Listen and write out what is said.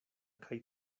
kaj